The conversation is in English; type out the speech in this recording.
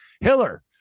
Hiller